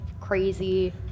crazy